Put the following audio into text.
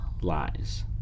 lies